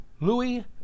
Louis